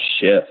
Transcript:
shift